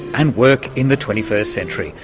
and work in the twenty first century,